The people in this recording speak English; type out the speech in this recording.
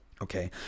Okay